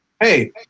Hey